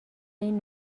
این